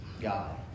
God